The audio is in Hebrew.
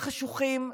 חשוכים,